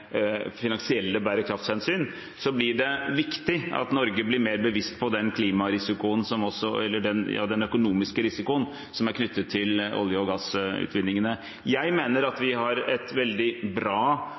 blir det viktig at Norge blir mer bevisst på den økonomiske risikoen som er knyttet til olje- og gassutvinningene. Jeg mener